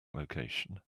location